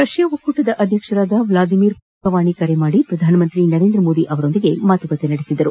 Russia ಒಕ್ಕೂಟದ ಅಧ್ಯಕ್ಷ Vladimir Putin ಅವರು ದೂರವಾಣಿ ಕರೆ ಮಾದಿ ಪ್ರಧಾನಮಂತ್ರಿ ನರೇಂದ್ರ ಮೋದಿ ಅವರೊಂದಿಗೆ ಮಾತುಕತೆ ನಡೆಸಿದರು